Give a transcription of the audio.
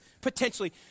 potentially